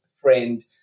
friend